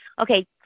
okay